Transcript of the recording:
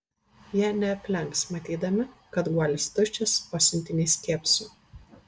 jie neaplenks matydami kad guolis tuščias o siuntinys kėpso